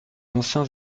anciens